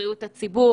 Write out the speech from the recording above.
לבריאות הציבור.